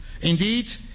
Indeed